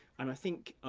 and i think,